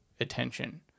attention